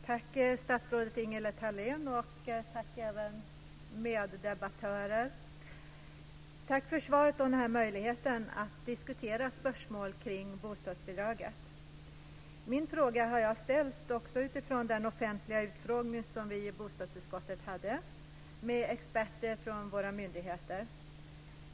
Fru talman! Tack statsrådet Ingela Thalén och tack även meddebattörer. Tack för svaret och den här möjligheten att diskutera spörsmål kring bostadsbidraget. Min fråga har jag ställt också utifrån den offentliga utfrågning som vi i bostadsutskottet hade med experter från våra myndigheter.